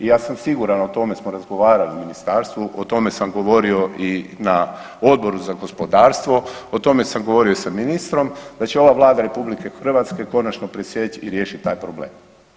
I ja sam siguran, o tome smo razgovarali u ministarstvu, o tome sam govorio i na Odboru za gospodarstvo, o tome sam govorio i sa ministrom da će ova Vlada RH konačno presjeći i riješit taj problem.